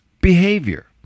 Behavior